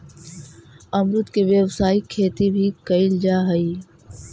अमरुद के व्यावसायिक खेती भी कयल जा हई